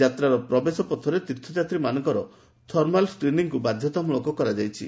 ଯାତ୍ରାର ପ୍ରବେଶପଥରେ ତୀର୍ଥଯାତ୍ରୀମାନଙ୍କର ଥର୍ମାଲ ଯାଞ୍ଚକୁ ବାଧ୍ୟତମାମ୍ରଳକ କରାଯାଇଛି